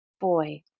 boy